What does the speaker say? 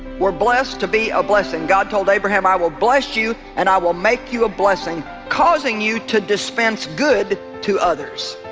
we're blessed to be a blessing god told abraham. i will bless you and i will make you a blessing causing you to dispense good to others